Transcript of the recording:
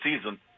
season